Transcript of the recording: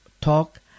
talk